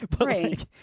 Right